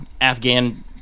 Afghan